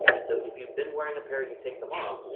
so if you've been wearing a pair, you take them off,